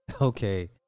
okay